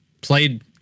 played